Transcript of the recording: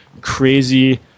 crazy